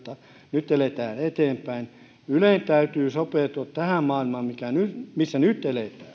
nyt eletään eteenpäin ylen täytyy sopeutua tähän maailmaan missä nyt